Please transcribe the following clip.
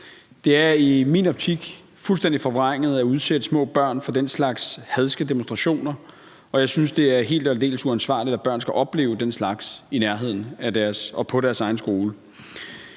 Det er i min optik fuldstændig forvrænget at udsætte små børn for den slags hadske demonstrationer, og jeg synes, det er helt og aldeles uansvarligt, at børn skal opleve den slags i nærheden af og på deres egen skole.